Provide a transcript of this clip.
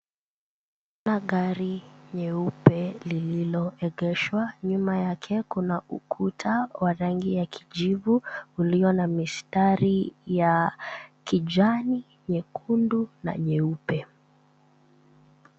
Gari nyeupe lililoegeshwa. Nyuma yake kuna ukuta wa rangi ya kijivu ulio na mistari ya kijani, kijivu na nyeupe.